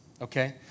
okay